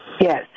Yes